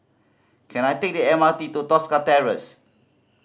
can I take the M R T to Tosca Terrace